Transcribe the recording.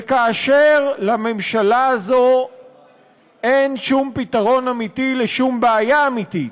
וכאשר לממשלה הזו אין שום פתרון אמיתי לשום בעיה אמיתית,